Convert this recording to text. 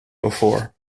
before